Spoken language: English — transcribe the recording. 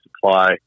supply